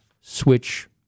switch